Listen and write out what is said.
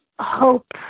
hope